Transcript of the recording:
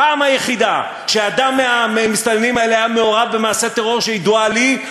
הפעם היחידה שאדם מהמסתננים האלה היה מעורב במעשה טרור שידועה לי,